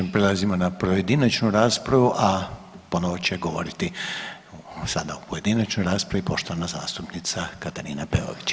Sada prelazimo na pojedinačnu raspravu, a ponovo će govoriti sada u pojedinačnoj raspravi poštovana zastupnica Katarina Peović.